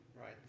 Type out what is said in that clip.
right